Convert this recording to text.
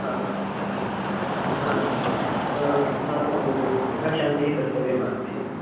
हा हा अस्माकं यद् गृहशान्तिः कर्तव्यमासीत्